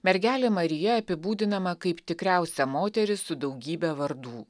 mergelė marija apibūdinama kaip tikriausia moteris su daugybe vardų